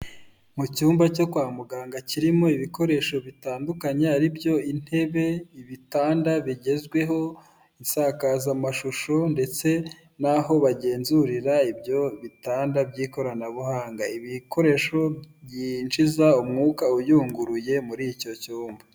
Mu cyumba cyo kwa muganga kirimo ibikoresho bitandukanye ari byo intebe ibitanda bigezweho insakazamashusho, ndetse n'aho bagenzurira ibyo bitanda by'ikoranabuhanga ibikoresho byinjiza umwuka uyunguruye muri icyo cyumba.